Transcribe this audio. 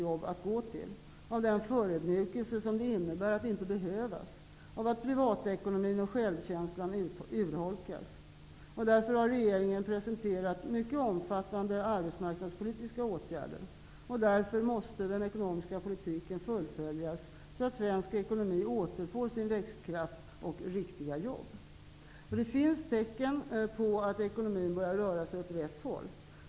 Alldeles för många har egna erfarenheter av den förödmjukelse det innebär att inte behövas och av att privatekonomin och självkänslan urholkas. Regeringen har därför presenterat mycket omfattande arbetsmarknadspolitiska åtgärder, och därför måste den ekonomiska politiken fullföljas, så att svensk ekonomi återfår sin växtkraft och riktiga jobb skapas. Det finns nu tecken på att ekonomin börjar röra sig åt rätt håll.